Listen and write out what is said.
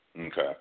Okay